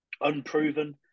unproven